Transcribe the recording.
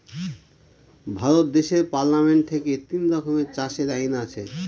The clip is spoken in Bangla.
ভারত দেশের পার্লামেন্ট থেকে তিন রকমের চাষের আইন আছে